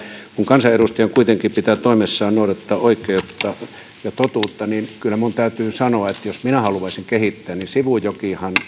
kun kansanedustajan kuitenkin pitää toimessaan noudattaa oikeutta ja totuutta niin kyllä minun täytyy sanoa että jos minä haluaisin kehittää niin sivujokiinhan